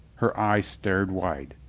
her eyes stared wide.